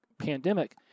Pandemic